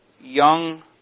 young